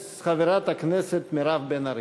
חברת הכנסת מירב בן ארי.